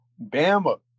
Bama